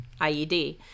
IED